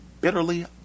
bitterly